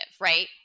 right